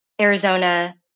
Arizona